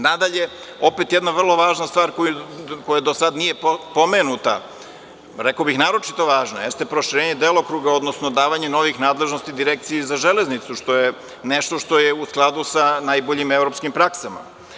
Nadalje, opet jedna vrlo važna stvar, koja do sada nije pomenuta, rekao bih naročito važna, jeste proširenje delokruga, odnosno davanje novih nadležnosti direkciji za železnicu, što je nešto što je u skladu sa najboljim evropskim praksama.